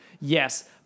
yes